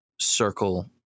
circle